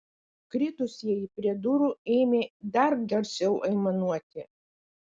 kritusieji prie durų ėmė dar garsiau aimanuoti